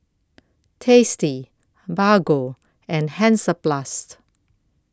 tasty Bargo and Hansaplast